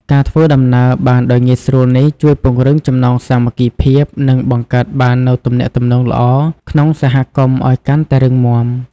ការធ្វើដំណើរបានដោយងាយស្រួលនេះ ជួយពង្រឹងចំណងសាមគ្គីភាព និងបង្កើតបាននូវទំនាក់ទំនងល្អក្នុងសហគមន៍ឲ្យកាន់តែរឹងមាំ។